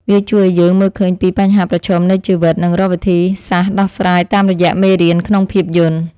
វាជួយឱ្យយើងមើលឃើញពីបញ្ហាប្រឈមនៃជីវិត និងរកវិធីសាស្ត្រដោះស្រាយតាមរយៈមេរៀនក្នុងភាពយន្ត។